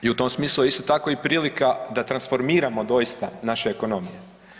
I u tom smislu je isto tako i prilika da transformiramo doista naše ekonomije.